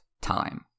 time